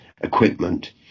equipment